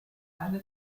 eine